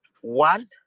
one